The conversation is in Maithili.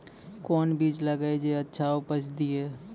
कोंन बीज लगैय जे अच्छा उपज दिये?